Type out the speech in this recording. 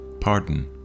pardon